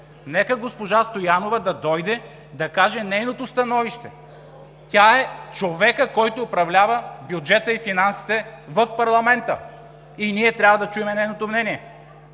Нека госпожа Стоянова да дойде да каже нейното становище. Тя е човекът, който управлява бюджета и финансите в парламента и ние трябва да чуем нейното мнение.